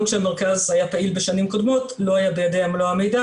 גם כשהמרכז היה פעיל בשנים קודמות לא היה בידיה מלוא המידע